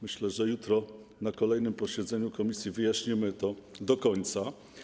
Myślę, że jutro na kolejnym posiedzeniu komisji wyjaśnimy to do końca.